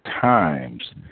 times